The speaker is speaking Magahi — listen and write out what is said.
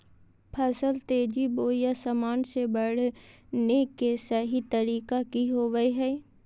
फसल तेजी बोया सामान्य से बढने के सहि तरीका कि होवय हैय?